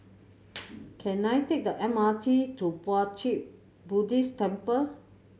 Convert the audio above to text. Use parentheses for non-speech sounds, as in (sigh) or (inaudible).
(noise) can I take the M R T to Puat Jit Buddhist Temple